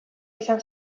izan